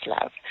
love